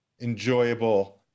enjoyable